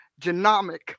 genomic